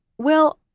well,